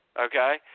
okay